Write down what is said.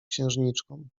księżniczką